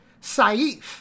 saif